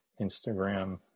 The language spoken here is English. Instagram